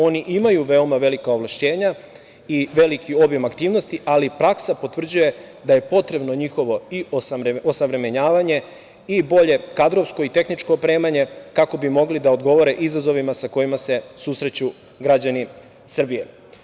Oni imaju veoma velika ovlašćenja i veliki obim aktivnosti, ali praksa potvrđuje da je potrebno njihovo i osavremenjavanje i bolje kadrovsko i tehničko opremanje, kako bi mogli da odgovore izazovima sa kojima se susreću građani Srbije.